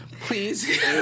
Please